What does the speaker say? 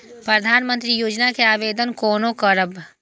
प्रधानमंत्री योजना के आवेदन कोना करब?